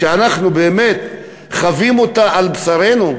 שאנחנו באמת חווים אותה על בשרנו?